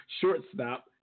shortstop